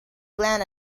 glen